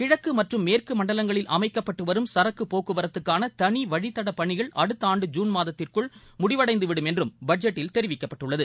கிழக்கு மற்றும் மேற்கு மண்டலங்களில் அமைக்கப்பட்டு வரும் சுரக்கு போக்குவர்ததுக்கான தனி வழித்தட பணிகள் அடுத்த ஆண்டு ஜூன் மாதத்திற்குள் முடிவடைந்துவிடும் என்றும் பட்ஜெட்டில் தெரிவிக்கப்பட்டுள்ளது